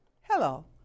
Hello